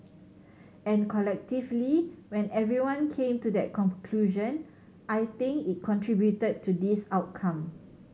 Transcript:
and collectively when everyone came to that conclusion I think it contributed to this outcome